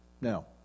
Now